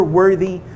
worthy